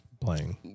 playing